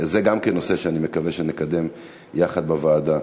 זה גם כן נושא שאני מקווה שנקדם יחד בוועדה.